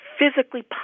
physically